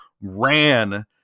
ran